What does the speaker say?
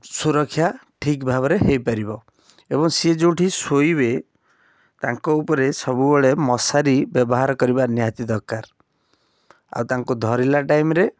ସୁରକ୍ଷା ଠିକ ଭାବରେ ହେଇପାରିବ ଏବଂ ସିଏ ଯେଉଁଠି ଶୋଇବେ ତାଙ୍କ ଉପରେ ସବୁବେଳେ ମଶାରି ବ୍ୟବହାର କରିବା ନିହାତି ଦରକାର ଆଉ ତାଙ୍କୁ ଧରିଲା ଟାଇମ୍ରେ